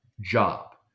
job